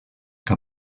que